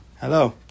Hello